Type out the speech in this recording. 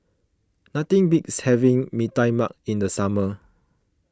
nothing beats having Mee Tai Mak in the summer